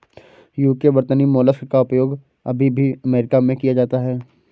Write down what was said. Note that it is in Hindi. यूके वर्तनी मोलस्क का उपयोग अभी भी अमेरिका में किया जाता है